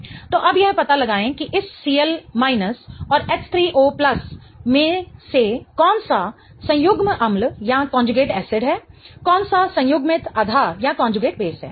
तो अब यह पता लगाएं कि इस Cl और H3O में से कौन सा संयुग्म अम्ल है कौन सा संयुग्मित आधार है